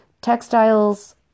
Textiles